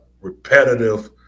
repetitive